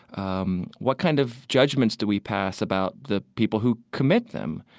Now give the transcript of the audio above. um what kind of judgments do we pass about the people who commit them?